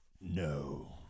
No